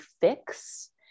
fix